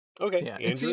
okay